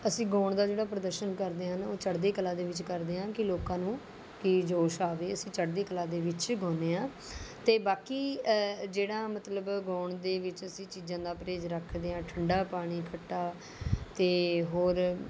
ਅਸੀਂ ਗਾਉਣ ਦਾ ਜਿਹੜਾ ਪ੍ਰਦਰਸ਼ਨ ਕਰਦੇ ਹਨ ਉਹ ਚੜ੍ਹਦੀ ਕਲਾ ਦੇ ਵਿੱਚ ਕਰਦੇ ਹਾਂ ਕਿ ਲੋਕਾਂ ਨੂੰ ਕਿ ਜੋਸ਼ ਆਵੇ ਅਸੀਂ ਚੜ੍ਹਦੀ ਕਲਾ ਦੇ ਵਿੱਚ ਗਾਉਂਦੇ ਹਾਂ ਅਤੇ ਬਾਕੀ ਜਿਹੜਾ ਮਤਲਬ ਗਾਉਣ ਦੇ ਵਿੱਚ ਅਸੀਂ ਚੀਜ਼ਾਂ ਦਾ ਪਰਹੇਜ਼ ਰੱਖਦੇ ਹਾਂ ਠੰਡਾ ਪਾਣੀ ਖੱਟਾ ਅਤੇ ਹੋਰ